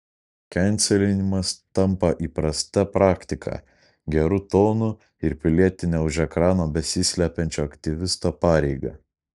kenselinimas tampa įprasta praktika geru tonu ir pilietine už ekrano besislepiančio aktyvisto pareiga